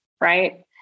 right